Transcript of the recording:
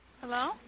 Hello